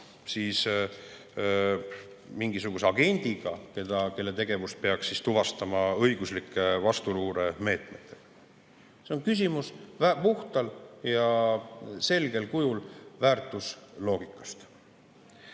mingisuguse agendiga, kelle tegevust peaks tuvastama õiguslike vastuluuremeetmetega. See on puhtal ja selgel kujul väärtusloogika